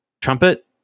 trumpet